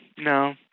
No